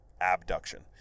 abduction